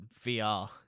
VR